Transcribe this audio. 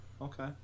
Okay